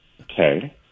Okay